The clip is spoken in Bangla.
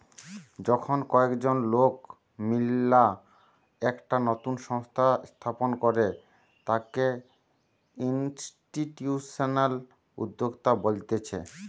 যখন কয়েকজন লোক মিললা একটা নতুন সংস্থা স্থাপন করে তাকে ইনস্টিটিউশনাল উদ্যোক্তা বলতিছে